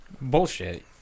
Bullshit